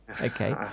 Okay